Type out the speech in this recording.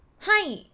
Hi